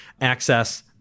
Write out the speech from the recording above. access